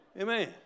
Amen